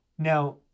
Now